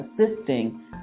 assisting